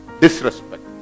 disrespect